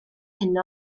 yno